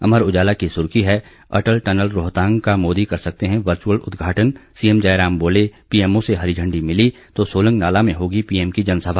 अमर उजाला की सुर्खी है अटल टनल रोहतांग का मोदी कर सकते हैं वर्चुअल उद्घाटन सीएम जयराम बोले पीएमओ से हरी झंडी मिली तो सोलंगनाला में होगी पीएम की जनसभा